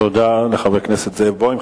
תודה לחבר הכנסת זאב בוים.